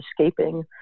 escaping